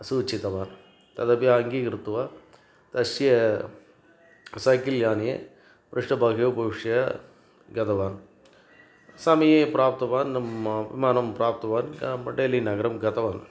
सूचितवान् तदपि अङ्गीकृत्वा तस्य सैकल्याने पृष्ठभागे उपविश्य गतवान् समये प्राप्तवान् विमानं प्राप्तवान् ब डेलिनगरं गतवान्